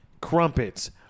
Crumpets